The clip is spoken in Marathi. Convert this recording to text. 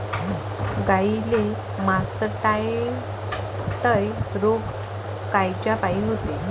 गाईले मासटायटय रोग कायच्यापाई होते?